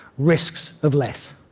risks of less.